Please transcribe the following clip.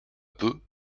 peu